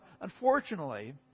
unfortunately